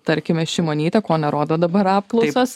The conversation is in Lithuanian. tarkime šimonytė ko nerodo dabar apklausos